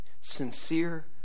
Sincere